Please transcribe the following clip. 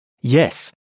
Yes